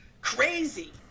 crazy